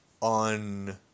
on